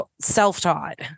self-taught